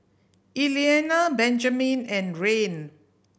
Eliana Benjamin and Rayne